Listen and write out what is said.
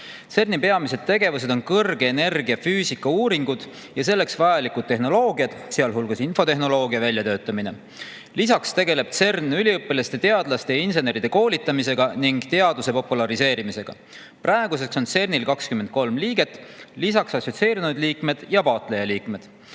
CERN‑i peamised tegevused on kõrge energia füüsika uuringud ja selleks vajalikud tehnoloogiad, sealhulgas infotehnoloogia väljatöötamine. Lisaks tegeleb CERN üliõpilaste, teadlaste ja inseneride koolitamisega ning teaduse populariseerimisega. Praeguseks on CERN‑il 23 liiget, lisaks assotsieerunud liikmed ja vaatlejaliikmed.